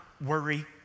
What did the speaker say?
worry